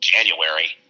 January